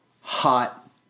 hot